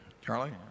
Charlie